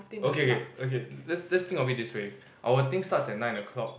okay okay okay let's let's think of it this way our things starts at nine o'clock